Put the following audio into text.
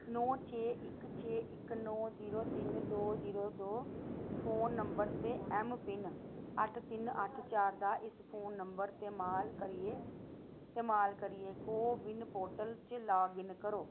नौ छे इक छे इक नौ जीरो तिन दो जीरो दो फोन नंबर ते ऐम्मपिन अट्ठ तिन अट्ठ चार दा इस्फोन नंबर तेमाल करियै को विन पोर्टल च लाग इन करो